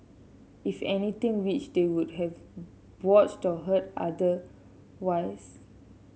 if anything which they would have watched or heard otherwise